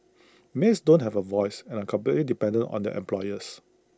maids don't have A voice and are completely dependent on their employers